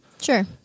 Sure